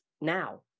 now